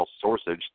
sources